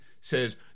says